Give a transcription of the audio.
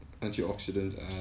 antioxidant